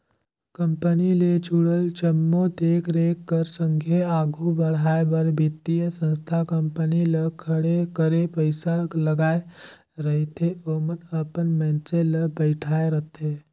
company ले जुड़ल जम्मो देख रेख कर संघे आघु बढ़ाए बर बित्तीय संस्था कंपनी ल खड़े करे पइसा लगाए रहिथे ओमन अपन मइनसे ल बइठारथे